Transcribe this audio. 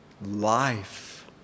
Life